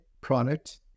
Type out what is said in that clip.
product